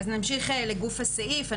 אז נמשיך לגוף הסעיף.